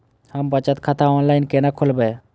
हम बचत खाता ऑनलाइन केना खोलैब?